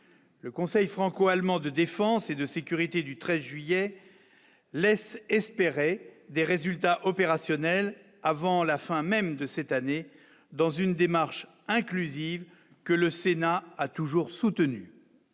le conseil franco-allemand de défense et de sécurité du 13 juillet laissent espérer des résultats opérationnels avant la fin même de cette année dans une démarche inclusive que le Sénat a toujours soutenu,